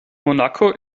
monaco